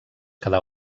quedà